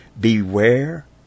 beware